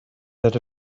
that